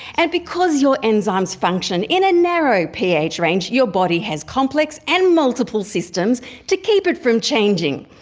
and because your enzymes function in a narrow ph range, your body has complex and multiple systems to keep it from changing.